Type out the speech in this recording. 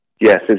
Yes